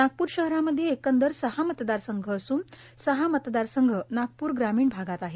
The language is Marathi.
नागपूर षहरामध्ये एकूण सहा मतदारसंघ असून सहा मतदारसंघ नागपूर ग्रामीण भागात आहेत